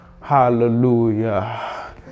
Hallelujah